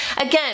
again